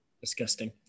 disgusting